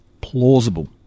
plausible